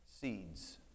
seeds